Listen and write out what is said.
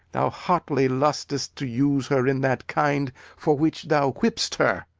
thou hotly lusts to use her in that kind for which thou whip'st her.